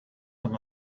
than